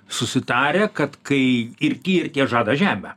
susitarę kad kai ir tie ir tie žada žemę